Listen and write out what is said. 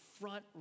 front